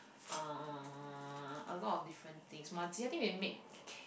uh a lot of different things Muah-Chee I think we make